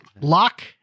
Lock